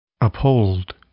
Uphold